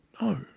No